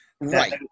Right